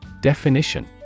Definition